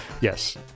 yes